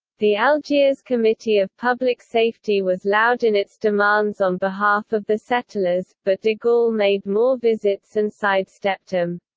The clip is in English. the algiers committee of public safety was loud in its demands on behalf of the settlers, but de gaulle made more visits and sidestepped them.